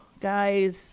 guys